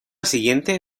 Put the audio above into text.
siguiente